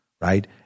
Right